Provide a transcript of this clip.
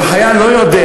וחייל לא יודע.